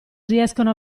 riescono